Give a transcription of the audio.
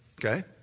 Okay